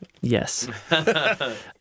Yes